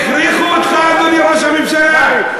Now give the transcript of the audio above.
הכריחו אותך, אדוני ראש הממשלה?